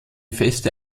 feste